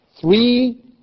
three